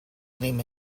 lima